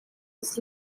was